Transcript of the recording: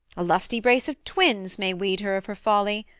a lusty brace of twins may weed her of her folly.